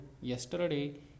yesterday